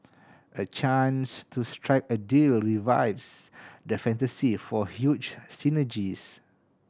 a chance to strike a deal revives the fantasy for huge synergies